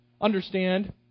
Understand